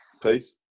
Peace